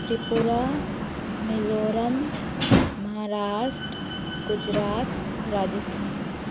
Tripura Mizoram Maharashtra Gujarat Rajasthan